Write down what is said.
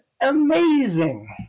amazing